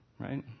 Right